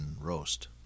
roast